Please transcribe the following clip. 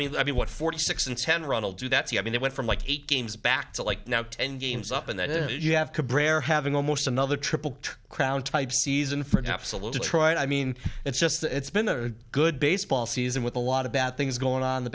mean i mean what forty six in ten ronald to that i mean they went from like eight games back to like now ten games up and then you have cabrera having almost another triple crown type season for an absolute detroit i mean it's just it's been a good baseball season with a lot of bad things going on in the